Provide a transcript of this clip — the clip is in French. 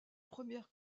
première